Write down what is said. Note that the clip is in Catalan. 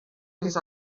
fins